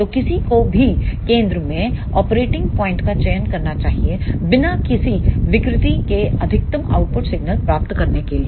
तो किसी को भी केंद्र में ऑपरेटिंग पॉइंट का चयन करना चाहिए बिना किसी विकृति के अधिकतम आउटपुट सिग्नल प्राप्त करने के लिए